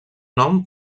nom